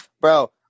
Bro